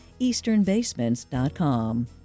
EasternBasements.com